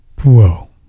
whoa